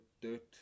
dirt